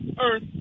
earth